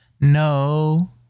No